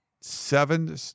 seven